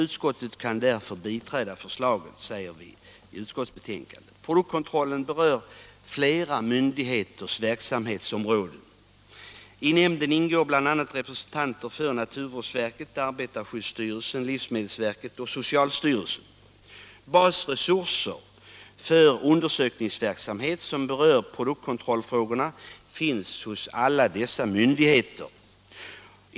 Utskottet kan därför biträda förslaget, säger vi i utskottsbetänkandet. Produktkontrollnämnden berör flera myndigheters verksamhetsområden. I nämnden ingår bl.a. representanter för naturvårdsverket, arbetarskyddsstyrelsen, livsmedelsverket och socialstyrelsen. Basresurser för undersökningsverksamhet som berör produktkontrollfrågorna finns hos dessa myndigheter.